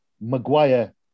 Maguire